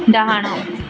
ଡାହାଣ